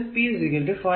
അതിന്റെ അർഥം 20 വാട്ട്